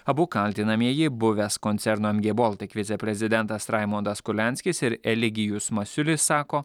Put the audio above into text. abu kaltinamieji buvęs koncerno mg baltic viceprezidentas raimondas kurlianskis ir eligijus masiulis sako